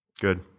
good